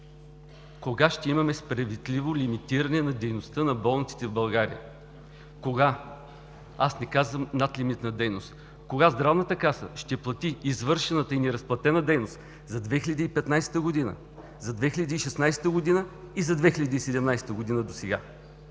Кога ще имаме справедливо лимитиране на дейността на болниците в България, кога? Аз не казвам надлимитна дейност. Кога Здравната каса ще плати извършената и неразплатена дейност за 2015 г., за 2016 г. и за 2017 г. до сега.